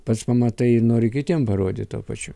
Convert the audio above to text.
pats pamatai nori kitiem parodyt tuo pačiu